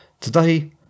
today